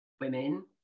women